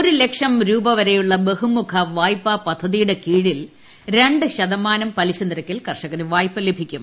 ഒരു ലക്ഷം രൂപ വരെയുള്ള ബഹുമുഖ വായ്പാ പദ്ധതിയുടെ കീഴിൽ രണ്ട് ശതമാനം പലിശ നിരക്കിൽ കർഷകന് വായ്പ ലഭിക്കും